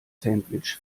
sandwich